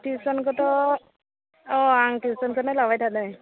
टिउसनखोथ' अ आं टिउसनखोनो लाबाय थादों